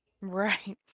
Right